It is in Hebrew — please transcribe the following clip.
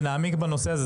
ונעמיק בנושא הזה.